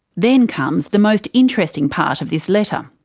then comes the most interesting part of this letter.